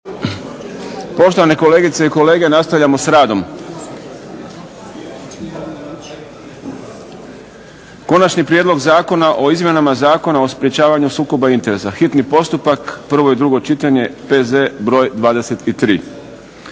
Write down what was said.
Poštovane kolegice i kolege, nastavljamo sa radom. - Konačni prijedlog zakona o izmjenama Zakona o sprječavanju sukoba interesa, hitni postupak, prvo i drugo čitanje, P.Z. br. 23.